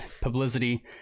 publicity